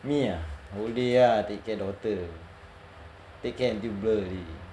me ah whole day ah take care daughter take care until blur already